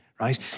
right